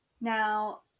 Now